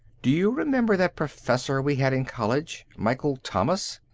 do you remember that professor we had in college. michael thomas?